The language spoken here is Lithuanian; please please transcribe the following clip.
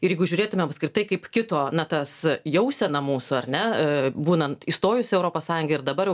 ir jeigu žiūrėtumėm apskritai kaip kito na tas jausena mūsų ar ne būnant įstojus į europos sąjungą ir dabar jau